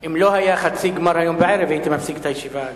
אם לא היה חצי-גמר הערב, הייתי מפסיק את הישיבה.